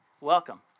Welcome